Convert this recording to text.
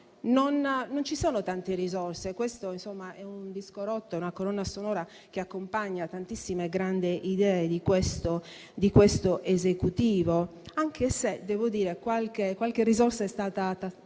non ci sono tante risorse, ma questo è un disco rotto, una colonna sonora che accompagna tantissime grandi idee di questo Esecutivo, anche se qualche risorsa è stata individuata